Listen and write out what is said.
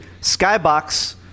Skybox